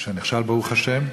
שנכשל, ברוך השם.